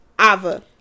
Ava